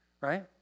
Right